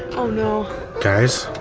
oh no guys,